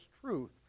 truth